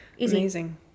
Amazing